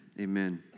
Amen